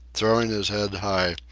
throwing his head high,